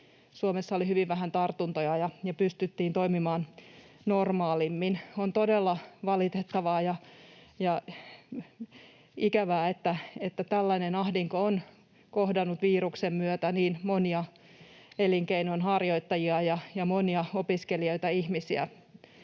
Suomessa oli hyvin vähän tartuntoja ja pystyttiin toimimaan normaalimmin. On todella valitettavaa ja ikävää, että tällainen ahdinko on kohdannut viruksen myötä niin monia elinkeinonharjoittajia ja monia opiskelijoita, ihmisiä